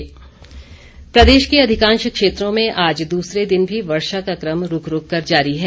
मौसम प्रदेश के अधिकांश क्षेत्रों में आज दूसरे दिन भी वर्षा का क्रम रूक रूक कर जारी है